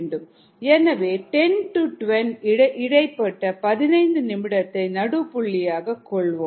எனவே 10 20 இடைப்பட்ட 15 நிமிடத்தை நடு புள்ளியாக கொள்வோம்